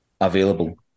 available